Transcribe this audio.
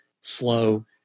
slow